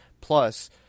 Plus